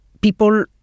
People